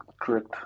Correct